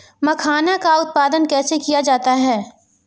मखाना का उत्पादन कैसे किया जाता है?